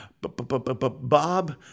Bob